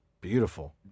Beautiful